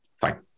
Fine